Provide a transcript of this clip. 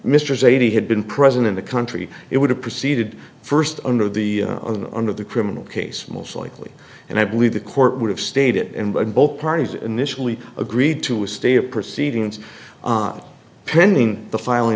zaidi had been present in the country it would have proceeded first under the under the criminal case most likely and i believe the court would have stated and when both parties initially agreed to a stay of proceedings pending the filing